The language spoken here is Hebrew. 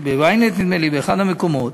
ב-ynet, נדמה לי, באחד המקומות,